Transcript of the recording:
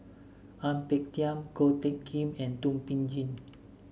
Ang Peng Tiam Ko Teck Kin and Thum Ping Tjin